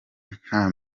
nta